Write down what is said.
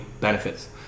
benefits